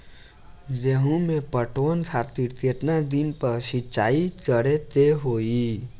गेहूं में पटवन खातिर केतना दिन पर सिंचाई करें के होई?